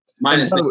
Minus